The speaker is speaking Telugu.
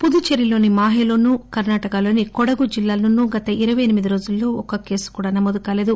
పుదుచ్చేరిలోని మా హే లోనూ కర్లాటకలోని కొడగు జిల్లాలోనూ గత ఇరపై ఎనిమిది రోజుల్లో ఒక్క కేసు కూడా నమోదు కాలేదు